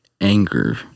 anger